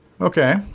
Okay